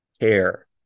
care